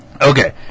Okay